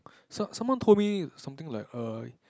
some~ someone told me something like err